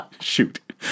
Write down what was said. Shoot